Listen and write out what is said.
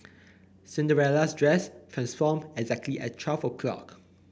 Cinderella's dress transformed exactly at twelve o'clock